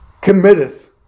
Committeth